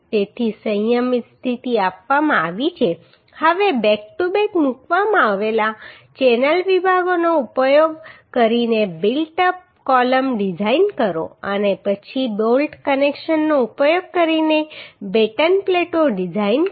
તેથી સંયમિત સ્થિતિ આપવામાં આવી છે હવે બેક ટુ બેક મૂકવામાં આવેલા ચેનલ વિભાગોનો ઉપયોગ કરીને બિલ્ટ અપ કૉલમ ડિઝાઇન કરો અને પછી બોલ્ટ કનેક્શનનો ઉપયોગ કરીને બેટન પ્લેટો ડિઝાઇન કરો